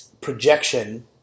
projection